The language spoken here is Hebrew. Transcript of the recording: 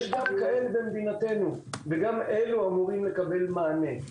יש גם כאלה במדינתנו וגם כאלה אמורים לקבל מענה.